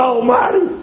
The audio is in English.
Almighty